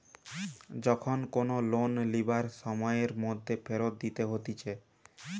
যখন কোনো লোন লিবার সময়ের মধ্যে ফেরত দিতে হতিছে